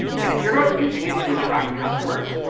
and if you're not using it to attract customers,